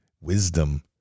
wisdom